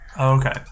okay